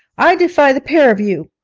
i defy the pair of you.